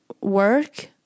work